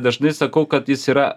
dažnai sakau kad jis yra